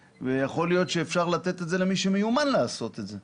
ויכול להיות שאפשר לתת את זה למי שמיומן לעשות את זה.